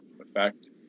effect